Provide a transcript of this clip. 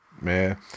man